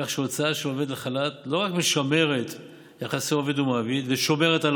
כך שהוצאה של עובד לחל"ת לא רק משמרת יחסי עובד מעביד ושומרת על